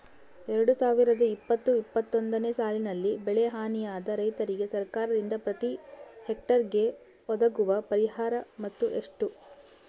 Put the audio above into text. ಎರಡು ಸಾವಿರದ ಇಪ್ಪತ್ತು ಇಪ್ಪತ್ತೊಂದನೆ ಸಾಲಿನಲ್ಲಿ ಬೆಳೆ ಹಾನಿಯಾದ ರೈತರಿಗೆ ಸರ್ಕಾರದಿಂದ ಪ್ರತಿ ಹೆಕ್ಟರ್ ಗೆ ಒದಗುವ ಪರಿಹಾರ ಮೊತ್ತ ಎಷ್ಟು?